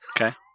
Okay